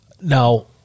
Now